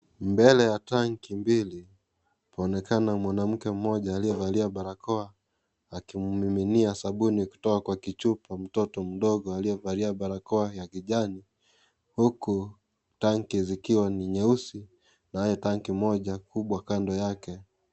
Mbele ya tanki mbili paonekana mwanamke mmoja aliyevalia barakoa, akimmiminia sabuni kutoka kwa kichupa mtoto mdogo aliyevalia barakoa ya kijani, huku tanki zikiwa ni nyeusi naye tanki moja kubwa kando yake.